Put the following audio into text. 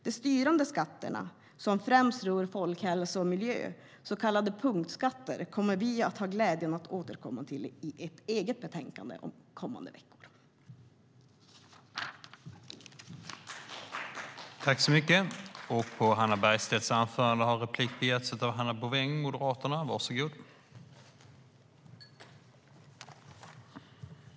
De styrande skatterna som främst rör folkhälsa och miljö, så kallade punktskatter, kommer vi att ha glädjen att återkomma till när de behandlas i ett eget betänkande om några veckor.